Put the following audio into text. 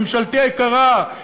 ממשלתי היקרה,